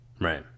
right